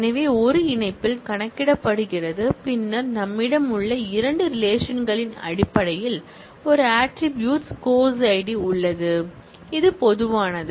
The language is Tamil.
எனவே ஒரு இணைப்பில் கணக்கிடப்படுகிறது பின்னர் நம்மிடம் உள்ள இரண்டு ரிலேஷன் களின் அடிப்படையில் ஒரு ஆட்ரிபூட்ஸ் க்கூறு course id உள்ளது இது பொதுவானது